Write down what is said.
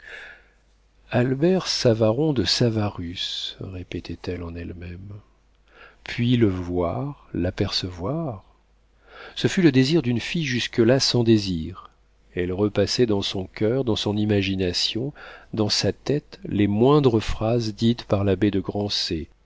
albert savaron de savarus répétait-elle en elle-même puis le voir l'apercevoir ce fut le désir d'une jeune fille jusque-là sans désir elle repassait dans son coeur dans son imagination dans sa tête les moindres phrases dites par l'abbé de grancey